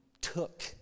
took